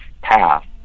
path